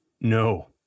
No